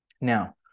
Now